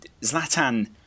Zlatan